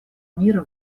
мира